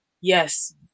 yes